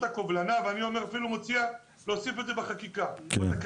הקובלנה אני אפילו מציע להוסיף את זה בתקנה.